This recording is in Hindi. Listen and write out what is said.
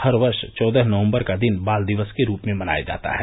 हर वर्ष चौदह नवम्बर का दिन बाल दिवस के रूप में मनाया जाता है